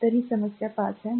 तर ही समस्या 5 आहे